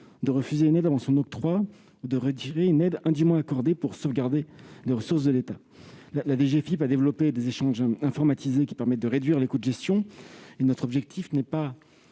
de refuser une aide avant son octroi ou de retirer une aide indûment accordée pour sauvegarder les ressources de l'État. La DGFiP a développé des échanges informatisés qui permettent de réduire les coûts de gestion. Notre objectif n'est pas